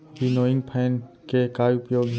Winnowing fan के का उपयोग हे?